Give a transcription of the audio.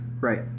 Right